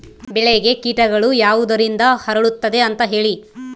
ಬೆಳೆಗೆ ಕೇಟಗಳು ಯಾವುದರಿಂದ ಹರಡುತ್ತದೆ ಅಂತಾ ಹೇಳಿ?